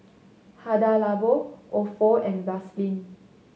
Hada Labo Ofo and Vaseline